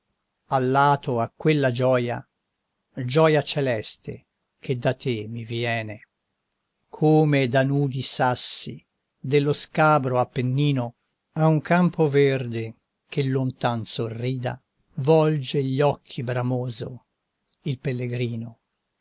spene allato a quella gioia gioia celeste che da te mi viene come da nudi sassi dello scabro apennino a un campo verde che lontan sorrida volge gli occhi bramoso il pellegrino